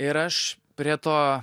ir aš prie to